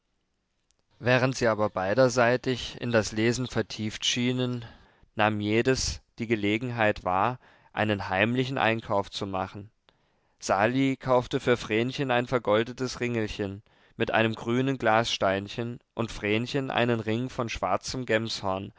während sie aber beiderseitig in das lesen vertieft schienen nahm jedes die gelegenheit wahr einen heimlichen einkauf zu machen sali kaufte für vrenchen ein vergoldetes ringelchen mit einem grünen glassteinchen und vrenchen einen ring von schwarzem